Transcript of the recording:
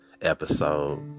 episode